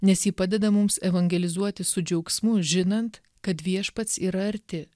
nes ji padeda mums evangelizuoti su džiaugsmu žinant kad viešpats yra arti